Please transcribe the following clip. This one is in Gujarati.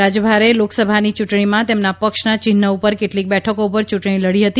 રાજભારે લોકસભાની ચૂંટણીમાં તેમના પક્ષના ચિહ્ન ઉપર કેટલીક બેઠકો ઉપર ચ્રંટણી લડી હતી